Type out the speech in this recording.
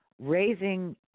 raising